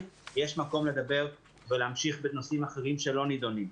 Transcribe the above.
יש מקום לדבר ולהמשיך לדבר בנושאים אחרים שלא נדונים.